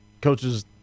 coaches